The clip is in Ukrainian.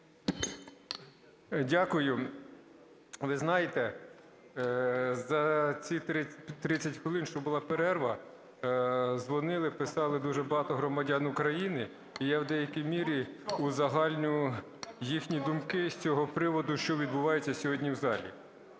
Дякую. Ви знаєте, за ці 30 хвилин, що була перерва, дзвонили, писали дуже багато громадян України, і я в деякій мірі узагальню їхні думки з цього приводу, що відбувається сьогодні в залі.